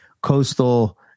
coastal